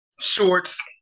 shorts